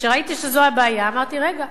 כשראיתי שזו ההצעה אמרתי: רגע,